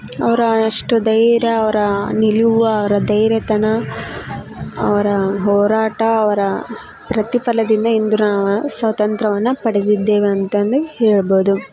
ಅವರ ಅಷ್ಟು ಧೈರ್ಯ ಅವರ ನಿಲುವು ಅವರ ಧೈರ್ಯ ಅವರ ಹೋರಾಟ ಅವರ ಪ್ರತಿಫಲದಿಂದ ಇಂದು ನಾವು ಸ್ವತಂತ್ರವನ್ನ ಪಡೆದಿದ್ದೇವೆ ಅಂತಂದು ಹೇಳ್ಬೋದು